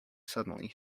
suddenly